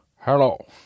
Hello